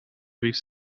rief